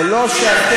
זה לא שאתם,